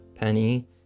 Penny